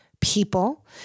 people